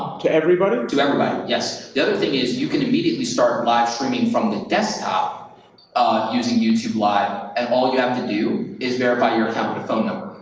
to everybody? to everybody, yes. the other thing is, you can immediately start live streaming from the desktop using youtube live, and all you have to do is verify your account and phone number.